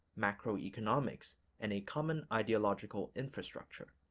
macroeconomics and a common ideological infrastructure.